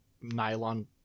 nylon